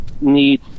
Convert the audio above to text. need